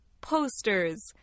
Posters